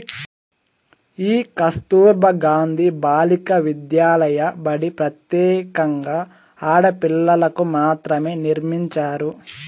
ఈ కస్తుర్బా గాంధీ బాలికా విద్యాలయ బడి ప్రత్యేకంగా ఆడపిల్లలకు మాత్రమే నిర్మించారు